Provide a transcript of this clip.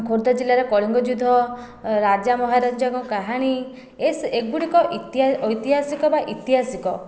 ଖୋର୍ଦ୍ଧା ଜିଲ୍ଲାରେ କଳିଙ୍ଗ ଯୁଦ୍ଧ ରାଜା ମହାରାଜାଙ୍କ କାହାଣୀ ଏଶ ଏଗୁଡ଼ିକ ଇତି ଐତିହାସିକ ବା ଇତିହାସିକ